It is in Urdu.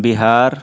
بہار